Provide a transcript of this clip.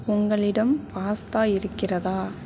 உங்களிடம் பாஸ்தா இருக்கிறதா